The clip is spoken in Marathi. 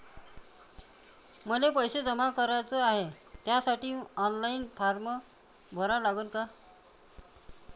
मले पैसे जमा कराच हाय, त्यासाठी मले ऑनलाईन फारम भरा लागन का?